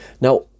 Now